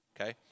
Okay